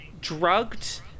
drugged